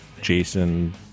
Jason